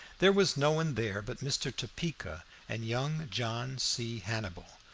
there was no one there but mr. topeka and young john c. hannibal,